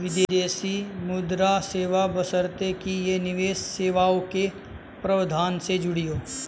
विदेशी मुद्रा सेवा बशर्ते कि ये निवेश सेवाओं के प्रावधान से जुड़ी हों